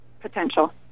potential